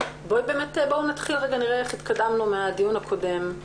בואו נראה איך התקדמנו מהדיון הקודם.